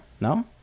no